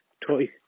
toy